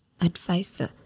advisor